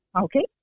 Okay